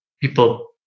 people